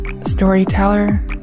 storyteller